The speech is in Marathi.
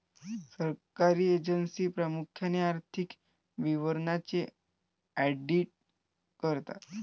सरकारी एजन्सी प्रामुख्याने आर्थिक विवरणांचे ऑडिट करतात